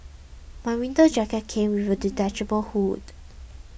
my winter jacket came with a detachable hood